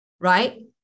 right